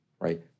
right